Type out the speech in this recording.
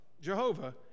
Jehovah